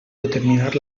determinar